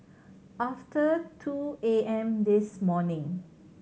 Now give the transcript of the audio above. after two A M this morning